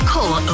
Call